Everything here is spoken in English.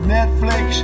Netflix